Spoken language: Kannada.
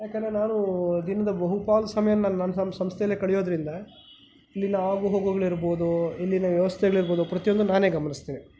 ಏಕೆಂದ್ರೆ ನಾನು ದಿನದ ಬಹುಪಾಲು ಸಮಯವನ್ನು ನಾನು ನನ್ನ ಸಮ್ಸ್ ಸಂಸ್ಥೆಯಲ್ಲೇ ಕಳೆಯೋದ್ರಿಂದ ಇಲ್ಲಿನ ಆಗುಹೋಗುಗಳಿರ್ರ್ಬೋದು ಇಲ್ಲಿನ ವ್ಯವಸ್ಥೆಗಳಿರ್ಬೋದು ಪ್ರತಿಯೊಂದು ನಾನೇ ಗಮನಿಸ್ತೀನಿ